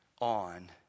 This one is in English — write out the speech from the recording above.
on